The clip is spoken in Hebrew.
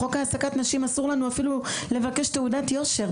בחוק העסקת נשים אסור לנו אפילו לבקש תעודת יושר.